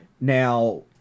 Now